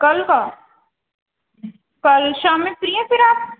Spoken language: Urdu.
کل کا کل شام میں فری ہیں پھر آپ